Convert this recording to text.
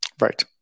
Right